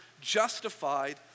justified